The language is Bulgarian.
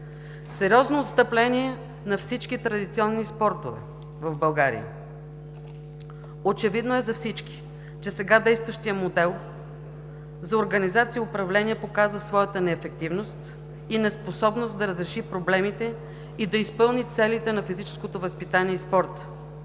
Сериозно отстъпление на всички традиционни спортове в България! Очевидно е за всички, че сега действащият модел за организация и управление показа своята неефективност и неспособност да разреши проблемите и да изпълни целите на физическото възпитание и спорта.